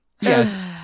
Yes